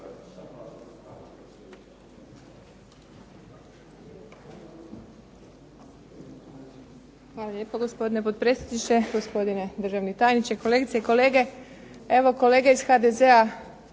Hvala lijepo gospodine potpredsjedniče, gospodine državni tajniče, kolegice i kolege. Evo kolege iz HDZ-a